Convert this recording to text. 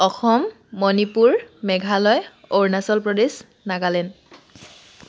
Assam Manipur Meghalaya Arunachal Pradesh Nagaland